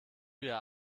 ihr